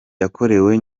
yakorewe